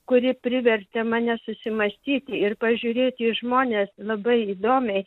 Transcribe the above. kuri privertė mane susimąstyti ir pažiūrėti į žmones labai įdomiai